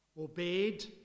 obeyed